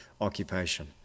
occupation